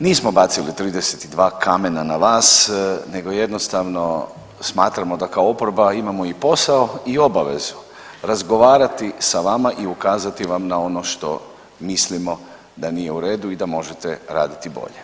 Nismo bacili 32 kamena na vas, nego jednostavno, smatramo da kao oporba imamo i posao i obavezu razgovarati sa vama i ukazati vam na ono što mislimo da nije u redu i da možete raditi bolje.